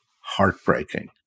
heartbreaking